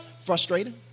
Frustrating